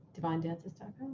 DivineDances.com